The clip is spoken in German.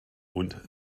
und